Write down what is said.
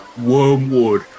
Wormwood